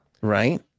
Right